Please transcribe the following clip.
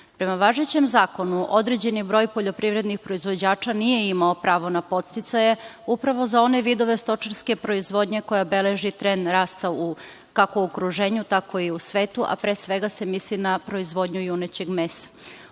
važećem zakonu određen je broj poljoprivrednih proizvođača nije imao pravo na podsticaje upravo za one vidove stočarske proizvodnje koja beleži trend rasta kako u okruženju, tako i svetu, a pre svega se misli na proizvodnju junećeg mesa.